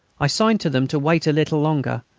i signed to them to wait a little longer,